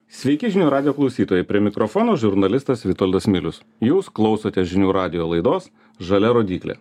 sveiki žinių radijo klausytojai prie mikrofono žurnalistas vitoldas milius jūs klausotės žinių radijo laidos žalia rodyklė